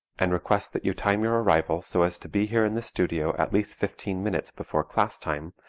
and request that you time your arrival so as to be here in the studio at least fifteen minutes before class time,